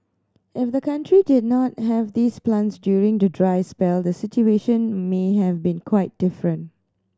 if the country did not have these plants during the dry spell the situation may have been quite different